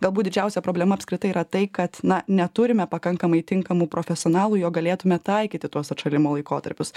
galbūt didžiausia problema apskritai yra tai kad na neturime pakankamai tinkamų profesionalų jog galėtume taikyti tuos atšalimo laikotarpius